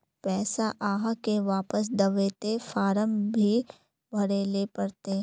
पैसा आहाँ के वापस दबे ते फारम भी भरें ले पड़ते?